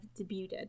debuted